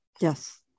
Yes